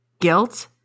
guilt